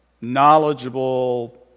knowledgeable